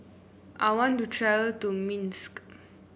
I want to travel to Minsk